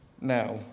Now